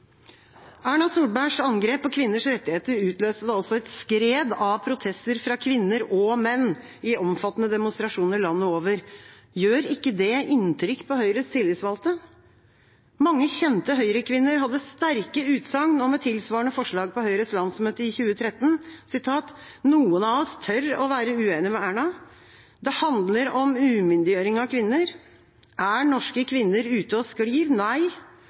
Erna Solbergs angrep på kvinners rettigheter utløste et skred av protester fra kvinner og menn i omfattende demonstrasjoner landet over. Gjør ikke det inntrykk på Høyres tillitsvalgte? Mange kjente Høyre-kvinner hadde sterke utsagn om et tilsvarende forslag på Høyres landsmøte i 2013: «Noen av oss tør å være uenige med Erna.» «Det handler om umyndiggjøring av kvinner.» «Er norske kvinner ute og sklir? Nei!»